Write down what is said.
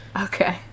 Okay